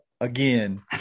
Again